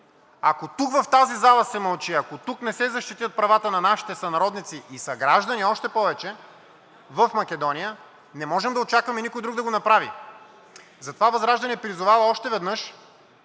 Ако тук в тази зала се мълчи, ако тук не се защитят правата на нашите сънародници и съграждани, още повече в Македония не можем да очакваме никой друг да го направи. Затова ВЪЗРАЖДАНЕ призовава още веднъж